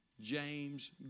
James